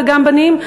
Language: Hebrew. וגם בנים,